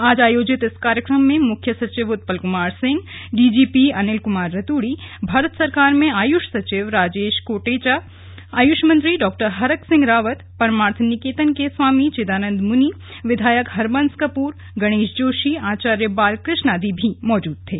आज आयोजित इस कार्यक्रम में मुख्य सचिव उत्पल कुमार सिंह डीजीपी अनिल कुमार रतूड़ी भारत सरकार में आयुष सचिव राजेश कोटेचाआयुष मंत्री डॉ हरक सिंह रावत परमार्थ निकेतन के स्वामी चिदानंद मुनि विधायक हरबंस कपूर गर्णेश जोशी आचार्य बालकृष्ण आदि मौजूद थे